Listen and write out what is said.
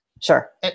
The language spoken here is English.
sure